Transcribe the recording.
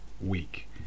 week